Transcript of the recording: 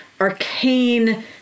arcane